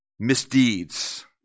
Misdeeds